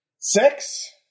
Six